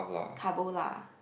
carbo lah